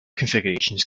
configurations